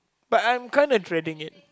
but I'm kinda dreading it